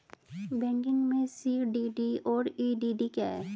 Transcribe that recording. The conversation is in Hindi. बैंकिंग में सी.डी.डी और ई.डी.डी क्या हैं?